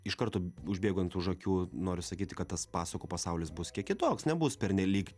iš karto užbėgant už akių noriu sakyti kad tas pasakų pasaulis bus kiek kitoks nebus pernelyg